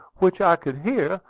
which i could hear,